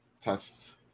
tests